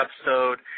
episode